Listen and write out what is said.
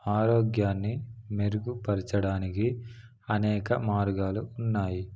ఆరోగ్యాన్ని మెరుగుపరచడానికి అనేక మార్గాలు ఉన్నాయి